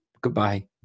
goodbye